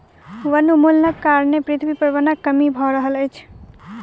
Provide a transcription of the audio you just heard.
वनोन्मूलनक कारणें पृथ्वी पर वनक कमी भअ रहल अछि